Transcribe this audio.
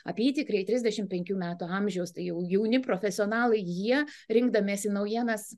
apytikriai trisdešim penkių metų amžiaus jauni profesionalai jie rinkdamiesi naujienas